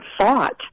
fought